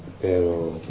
pero